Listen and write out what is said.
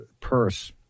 Purse